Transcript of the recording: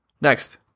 Next